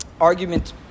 argument